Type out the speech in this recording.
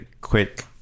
quick